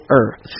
earth